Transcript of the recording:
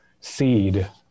seed